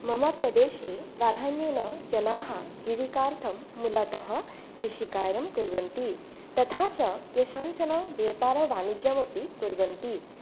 मम प्रदेशे प्राधान्येन जनाः जीविकार्थं मूलतः कृषिकार्यं कुर्वन्ति तथा च केषाञ्चन व्यापारवाणिज्यमपि कुर्वन्ति